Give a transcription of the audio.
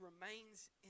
remains